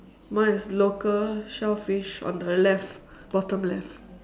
mine is local shellfish on the left bottom left